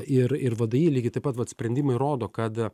ir ir vdi lygiai taip pat vat sprendimai rodo kad